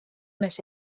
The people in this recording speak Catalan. més